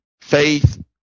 faith